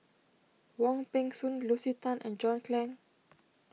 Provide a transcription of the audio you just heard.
Wong Peng Soon Lucy Tan and John Clang